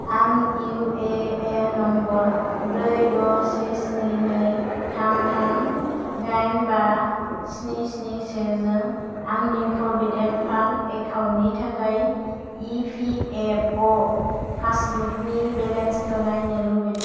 आं U A N number ब्रै द' से स्नि नै थाम थाम दाइन बा स्नि स्नि सेजों आंनि प्रभिदेन्ट फान्द एकाउन्टनि थाखाय इ पि एफ अ' पासबुकनि बेलेन्सखौ नायनो लुबैदों